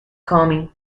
coming